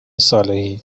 صالحی